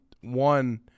one